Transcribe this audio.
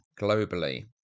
globally